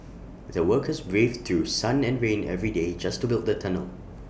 the workers braved through sun and rain every day just to build the tunnel